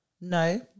No